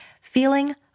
feeling